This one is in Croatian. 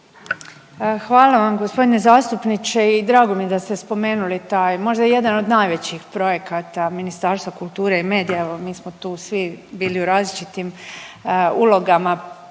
Hvala vam g. zastupniče i drago mi je da ste spomenuli taj, možda i jedan od najvećih projekata Ministarstva kulture i medija, evo mi smo tu svi bili u različitim ulogama